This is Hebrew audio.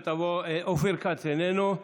חבר הכנסת אופיר כץ איננו.